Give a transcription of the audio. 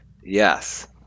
Yes